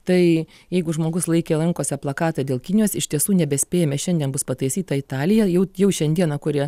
tai jeigu žmogus laikė rankose plakatą dėl kinijos iš tiesų nebespėjame šiandien bus pataisyta italija jau jau šiandieną kurie